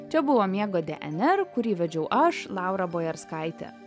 čia buvo miego dnr kurį vedžiau aš laura bojarskaitė